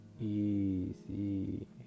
easy